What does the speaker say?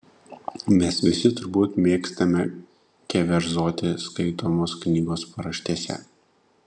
mes visi turbūt mėgstame keverzoti skaitomos knygos paraštėse